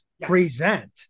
present